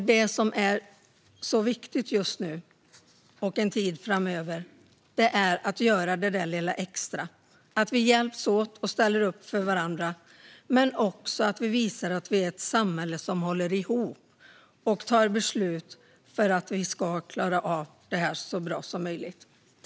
Det som är så viktigt just nu och en tid framöver är att vi gör det där lilla extra, att vi hjälps åt och ställer upp för varandra men att vi också visar att vi är ett samhälle som håller ihop och tar beslut för att vi ska klara av detta så bra som möjligt.